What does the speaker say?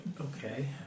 Okay